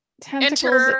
tentacles